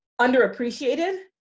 underappreciated